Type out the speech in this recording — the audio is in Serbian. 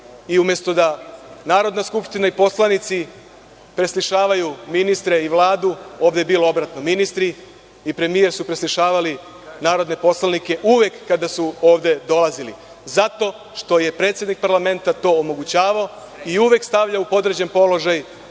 i umesto da Narodna skupština i poslanici preslišavaju ministre i Vladu, ovde je bilo obratno – ministri i premijer su preslišavali narodne poslanike uvek kada su ovde dolazili, zato što je predsednik parlamenta to omogućavao i uvek stavljao u podređen položaj